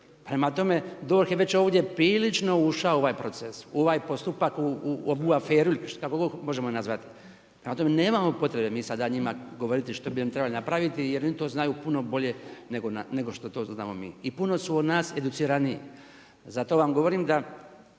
Prema tome DORH je ovdje prilično ušao u ovaj proces, u ovaj postupak u ovu aferu ili kako god ju možemo nazvati. Prema tome nemamo potrebe mi sada njima govoriti što bi oni trebali napraviti, jer oni znaju puno bolje nego što znamo mi i puno su od nas educiraniji. Zato vam govorim, da